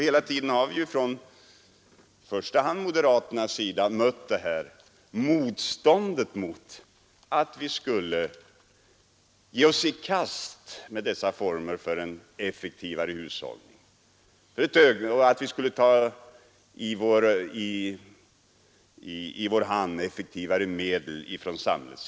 Hela tiden har vi från i första hand moderaternas sida mött motstånd mot att vi skulle ge oss i kast med dessa former för en effektivare hushållning och att vi skulle ta i vår tjänst effektivare medel för samhället.